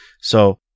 So-